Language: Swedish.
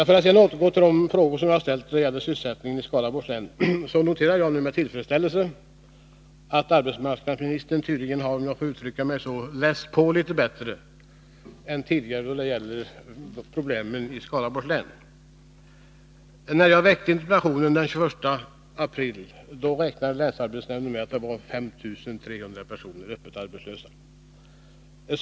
För att sedan återgå till de frågor som jag ställt när det gäller sysselsättningen i Skaraborgs län noterar jag med tillfredsställelse att arbetsmarknadsministern tydligen — om jag får uttrycka mig så — läst på litet bättre än tidigare då det gäller problemen i länet. När jag väckte interpellationen den 21 april beräknade länsarbetsnämnden att 5 300 personer var öppet arbetslösa.